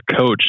coach